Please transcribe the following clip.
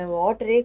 water